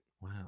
Wow